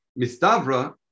Mistavra